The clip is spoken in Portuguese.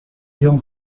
ele